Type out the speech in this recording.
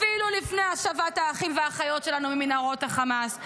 אפילו לפני השבת האחים והאחיות שלנו ממנהרות החמאס.